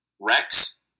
Rex